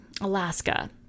Alaska